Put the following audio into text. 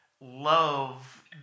love